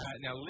now